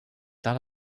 tal